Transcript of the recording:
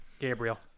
Gabriel